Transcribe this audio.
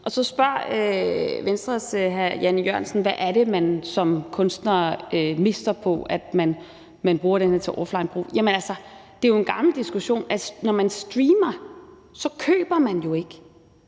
kr. Så spørger Venstres hr. Jan E. Jørgensen, hvad det er, man som kunstner mister på, at man bruger det til offlinebrug. Jamen det er jo en gammel diskussion. Når man streamer, køber man jo ikke;